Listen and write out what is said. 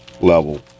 level